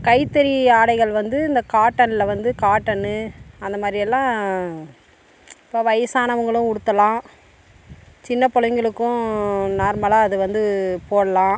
கைத்தறி ஆடைகள் வந்து இந்த காட்டனில் வந்து காட்டனு அந்த மாதிரியெல்லாம் இப்போ வயிசானவங்களும் உடுத்தலாம் சின்ன பிள்ளைங்களுக்கும் நார்மலாக அது வந்து போடலாம்